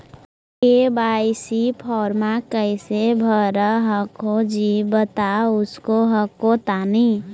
KYC फॉर्मा कैसे भरा हको जी बता उसको हको तानी?